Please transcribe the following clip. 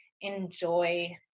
enjoy